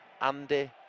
Andy